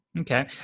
Okay